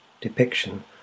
depiction